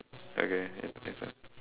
okay later